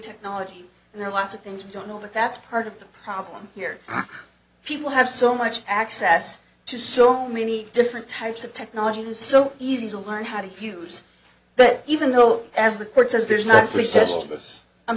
technology there are lots of things we don't know but that's part of the problem here people have so much access to so many different types of technologies so easy to learn how to use but even though as the court says there's no